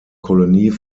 kolonie